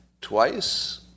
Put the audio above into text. twice